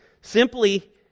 Simply